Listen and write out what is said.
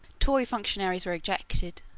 tory functionaries were ejected,